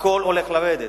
הכול הולך לרדת.